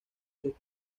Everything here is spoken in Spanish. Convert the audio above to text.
sus